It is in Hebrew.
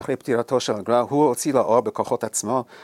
‫אחרי פטירתו של הגר"א, ‫הוא הוציא לאור בכוחות עצמו.